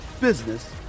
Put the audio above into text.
business